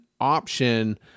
option